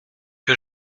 que